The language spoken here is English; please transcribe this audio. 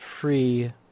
free